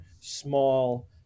small